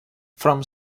from